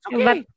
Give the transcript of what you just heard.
Okay